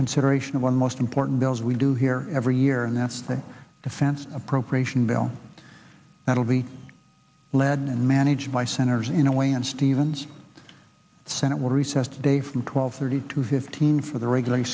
consideration of one most important bills we do here every year and that's the defense appropriation bill that will be led and managed by senators in a way and stevens the senate will recess today from twelve thirty to fifteen for the regularly